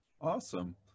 Awesome